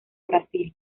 brasil